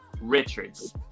Richards